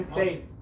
State